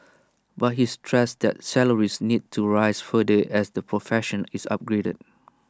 but he stressed that salaries need to rise further as the profession is upgraded